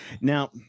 Now